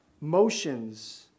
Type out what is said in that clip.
motions